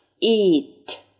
Eat